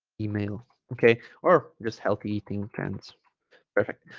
email okay or just healthy eating trends perfect